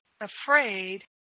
afraid